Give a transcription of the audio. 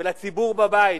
ולציבור בבית,